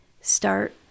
start